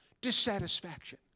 Dissatisfaction